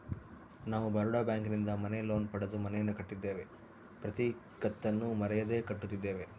ನಾವು ಬರೋಡ ಬ್ಯಾಂಕಿನಿಂದ ಮನೆ ಲೋನ್ ಪಡೆದು ಮನೆಯನ್ನು ಕಟ್ಟಿದ್ದೇವೆ, ಪ್ರತಿ ಕತ್ತನ್ನು ಮರೆಯದೆ ಕಟ್ಟುತ್ತಿದ್ದೇವೆ